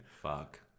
Fuck